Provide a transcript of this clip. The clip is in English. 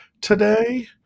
today